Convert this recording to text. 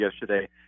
yesterday